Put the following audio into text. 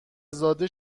زاده